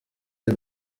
the